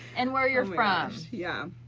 and where you're from. yeah.